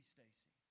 Stacy